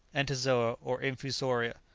entozoa, or infusoria.